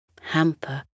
Hamper